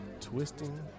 twisting